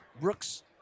Brooks